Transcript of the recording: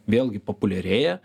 vėlgi populiarėja